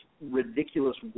ridiculous